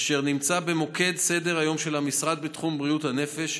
אשר נמצא במוקד סדר-היום של המשרד בתחום בריאות הנפש,